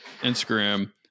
Instagram